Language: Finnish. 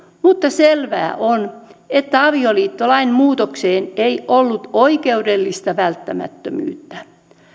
mutta selvää on että avioliittolain muutokseen ei ollut oikeudellista välttämättömyyttä